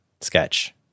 sketch